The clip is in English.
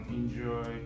enjoy